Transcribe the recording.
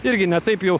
irgi ne taip jau